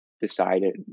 decided